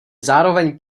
zároveň